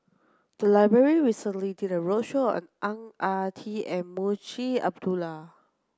the library recently did a roadshow on Ang Ah Tee and Munshi Abdullah